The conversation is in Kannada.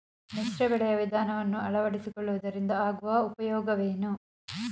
ಮಿಶ್ರ ಬೆಳೆಯ ವಿಧಾನವನ್ನು ಆಳವಡಿಸಿಕೊಳ್ಳುವುದರಿಂದ ಆಗುವ ಉಪಯೋಗವೇನು?